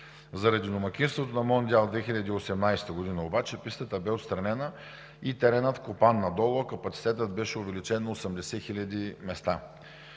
Заради домакинството на Мондиал 2018 г. обаче пистата бе отстранена и теренът вкопан надолу, а капацитетът беше увеличен на 80 хиляди места.